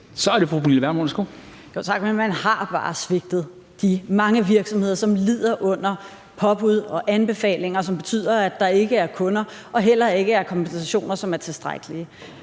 Tak. Men man har bare svigtet de mange virksomheder, som lider under påbud og anbefalinger, som betyder, at der ikke er kunder og heller ikke er kompensationer, som er tilstrækkelige